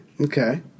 Okay